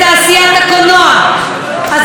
אז ראיתם שזה לא עוזר לכם,